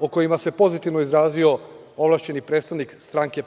o kojima se pozitivno izrazio ovlašćeni predstavnik stranke